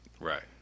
Right